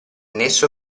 nesso